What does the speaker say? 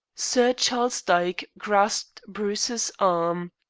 sir charles dyke grasped bruce's arm.